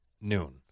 noon